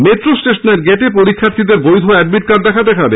metro স্টেশনের গেটে পরীক্ষার্থীদের বৈধ অ্যাডমিট কার্ড দেখাতে হবে